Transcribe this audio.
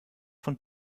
von